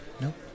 Nope